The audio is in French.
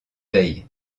veille